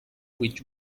which